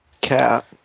Cat